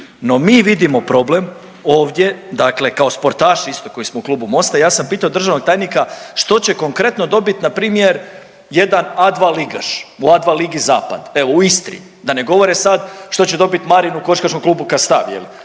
No, mi vidimo problem ovdje dakle kao sportaši isto koji smo u Klubu Mosta. Ja sam pitao državnog tajnika što će konkretno dobiti npr. jedan A2 ligaš u A2 ligi zapad, evo u Istri? Da ne govore sada što će dobiti Marin u Košarkaškom klubu Kastav je